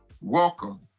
welcome